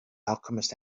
alchemist